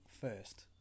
first